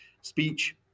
Speech